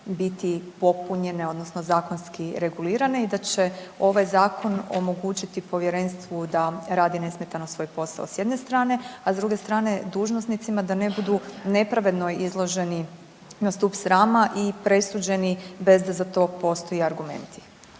biti popunjene odnosno zakonski regulirane i da će ovaj zakon omogućiti povjerenstvu da radi nesmetano svoj posao s jedne strane, a s druge strane dužnosnicima da ne budu nepravedno izloženi na stup srama i presuđeni bez da za to postoje argumenti.